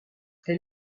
elle